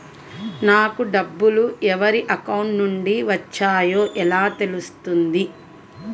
నాకు డబ్బులు ఎవరి అకౌంట్ నుండి వచ్చాయో ఎలా తెలుస్తుంది?